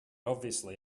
obviously